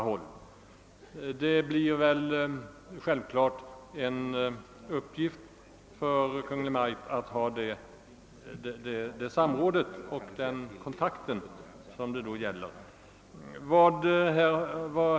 Det blir självfallet en uppgift för Kungl. Maj:t att ha det samråd och den kontakt som kommer att behövas.